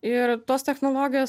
ir tos technologijos